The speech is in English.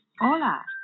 Hola